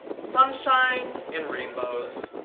sunshine and rainbows.